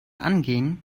angehen